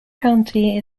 county